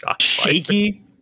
Shaky